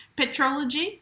Petrology